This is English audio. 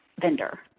vendor